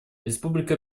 республика